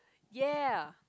ya